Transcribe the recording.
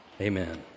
Amen